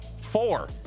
four